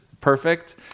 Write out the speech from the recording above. perfect